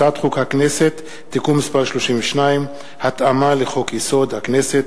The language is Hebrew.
הצעת חוק הכנסת (תיקון מס' 32) (התאמה לחוק-יסוד: הכנסת),